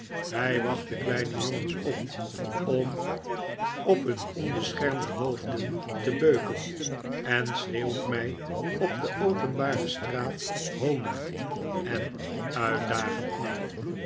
hij wacht de kleine jorigens op om op hun onbeschermde hoofden te beuken eh schreeuwt mij op de openbare straat hobnend en uitdagend na